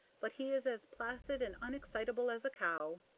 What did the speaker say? but he is as placid and unexcitable as a cow.